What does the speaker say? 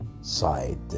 side